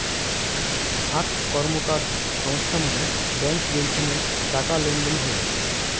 আক র্কমকার সংস্থা মানে ব্যাঙ্ক যেইখানে টাকা লেনদেন হই